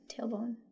tailbone